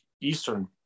Eastern